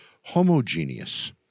homogeneous